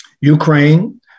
Ukraine